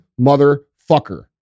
motherfucker